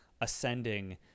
ascending